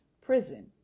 prison